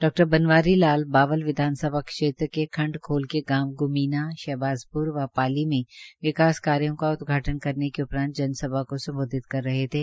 डा बनवारी लाल बावल विधानसभा क्षेत्र के खंड खोल के गांव ग्मीना शहबाजप्र व पाली में विकास कार्यों का उदघाटन करने उपरांत जनसभा को संबोधित कर रहे थे